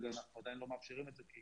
אנחנו עדין לא מאפשרים את זה כי